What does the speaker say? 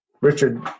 Richard